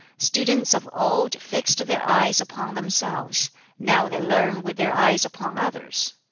students of old fixed their eyes upon themselves now they learn with their eyes upon others.